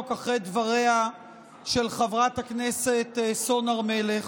אחרי דבריה של חברת הכנסת סון הר מלך,